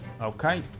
Okay